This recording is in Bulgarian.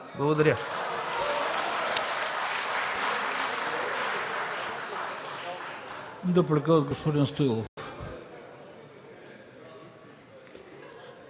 Благодаря